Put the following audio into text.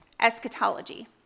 eschatology